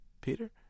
Peter